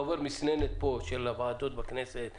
זה עובר מסננת פה של הוועדות בכנסת.